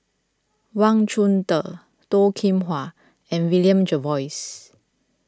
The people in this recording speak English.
Wang Chunde Toh Kim Hwa and William Jervois